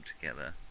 together